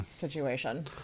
situation